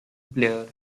player